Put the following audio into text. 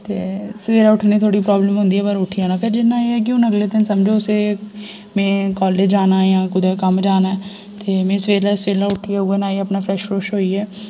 ते सवेरै उट्ठ्ने थोह्डी प्रोब्लम होंदी पर उट्ठी जाना फिर जि'या एह ऐ कि हून अगले दिन समझो असें में कालेज जाना जां कुदै कम्म जाना ऐ ते में सवेरै सबेलै उट्ठियै उ'यै न्हाई में अपना फ्रैश फ्रुश होइयै